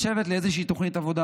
לשבת לאיזושהי תוכנית עבודה.